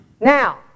Now